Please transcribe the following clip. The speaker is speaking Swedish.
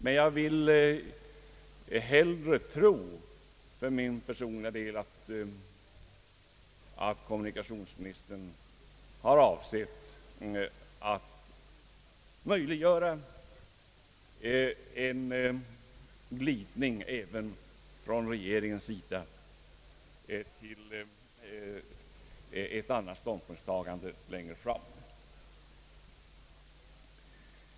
Men jag vill för min personliga del hellre tro att kommunikationsministern har avsett att möjliggöra en glidning även från regeringens sida till ett annat ståndpunktstagande längre fram.